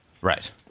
Right